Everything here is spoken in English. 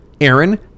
Aaron